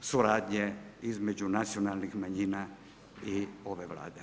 suradnje između nacionalnih manjina i ove Vlade.